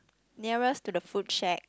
nearest to the food shack